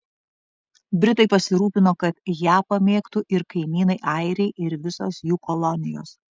britai pasirūpino kad ją pamėgtų ir kaimynai airiai ir visos jų kolonijos